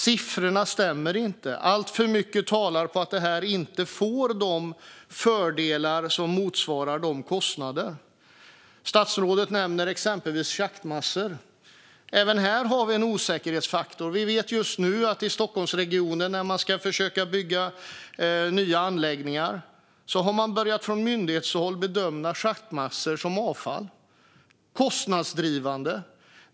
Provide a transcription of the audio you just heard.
Siffrorna stämmer inte. Alltför mycket talar för att fördelarna inte motsvarar kostnaden. Statsrådet nämner exempelvis schaktmassor. Även här har vi en osäkerhetsfaktor. I Stockholmsregionen har man från myndighetshåll börjat bedöma schaktmassor som avfall. Det är kostnadsdrivande.